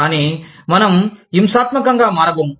కానీ మనం హింసాత్మకంగా మారబోము